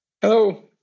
Hello